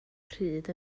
pryd